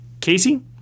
Casey